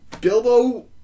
Bilbo